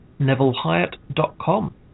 nevillehyatt.com